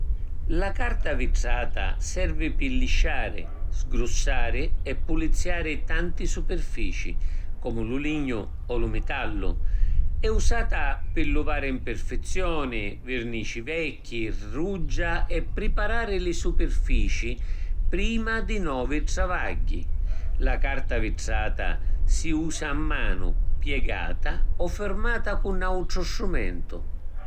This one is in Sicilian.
La carta vitrata servi pi lisciari, sgrussari e puliziari tanti supirfici, comu lu lignu o lu mitallu. È usata pi luvari npirfizioni, virnici vecchi, ruggia, e priparari li supirfici prima di novi travagghi. La carta vitrata si usa a manu, piegata o firmata cu nautru strumentu.